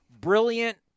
brilliant